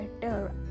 better